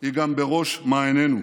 היא גם בראש מעיינינו.